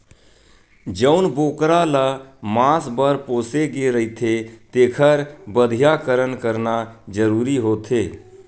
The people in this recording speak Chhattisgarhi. जउन बोकरा ल मांस बर पोसे गे रहिथे तेखर बधियाकरन करना जरूरी होथे